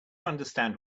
understand